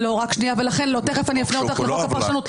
לא, תכף אפנה אותך לחוק הפרשנות.